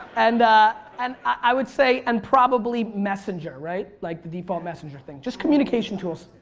and and i would say and probably messenger, right? like the default messenger thing, just communication tools.